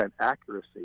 accuracy